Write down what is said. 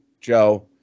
joe